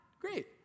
Great